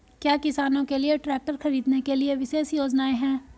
क्या किसानों के लिए ट्रैक्टर खरीदने के लिए विशेष योजनाएं हैं?